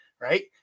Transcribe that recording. right